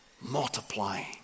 multiplying